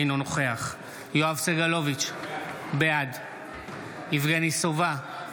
אינו נוכח יואב סגלוביץ' בעד יבגני סובה,